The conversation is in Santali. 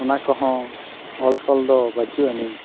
ᱚᱱᱟ ᱠᱚᱦᱚᱸ ᱚᱞ ᱛᱚᱞ ᱫᱚ ᱵᱟᱹᱪᱩᱜ ᱟᱹᱱᱤᱡ